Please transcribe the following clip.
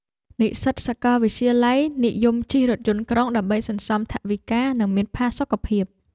និស្សិតសាកលវិទ្យាល័យនិយមជិះរថយន្តក្រុងដើម្បីសន្សំថវិកា និងមានផាសុកភាព។